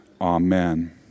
amen